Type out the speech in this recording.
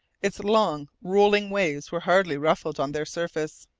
its long, rolling waves were hardly ruffled on their surface.